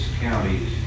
counties